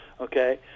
okay